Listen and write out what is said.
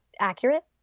accurate